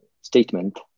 statement